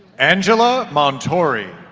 angela montuori